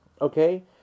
Okay